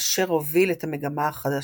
כאשר הוביל את המגמה החדשה.